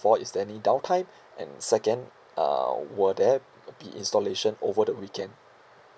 all is there any downtime and second uh will there be installation over the weekend